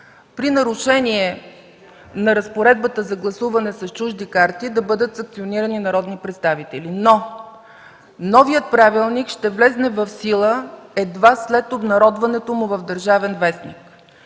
при нарушение на разпоредбата за гласуване с чужди карти да бъдат санкционирани народни представители. Но новият правилник ще влезе в сила едва след обнародването му в „Държавен вестник”.